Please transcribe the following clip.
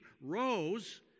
rose